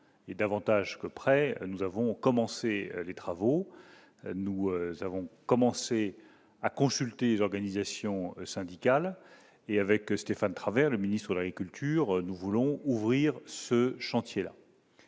et davantage que prêts, nous avons commencé les travaux nous avons commencé à consulter les organisations syndicales et avec Stéphane Travert, le ministre de l'agriculture nous voulons ouvrir ce chantier-là.